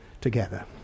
together